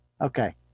Okay